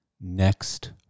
next